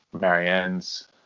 Marianne's